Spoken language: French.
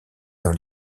dans